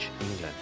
England